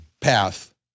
path